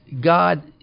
god